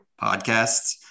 podcasts